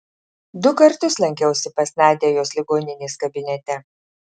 du kartus lankiausi pas nadią jos ligoninės kabinete